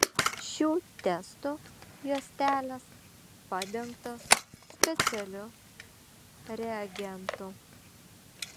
šių testų juostelės padengtos specialiu reagentu